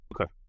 Okay